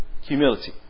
Humility